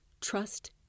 trust